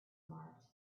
marked